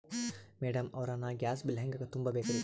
Madam ಅವ್ರ, ನಾ gas bill ಹೆಂಗ ತುಂಬಾ ಬೇಕ್ರಿ?